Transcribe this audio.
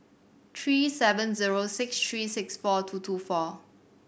three seven zero six three six four two two four